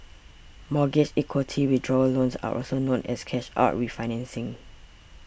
mortgage equity withdrawal loans are also known as cash out refinancing